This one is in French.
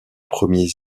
premiers